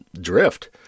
drift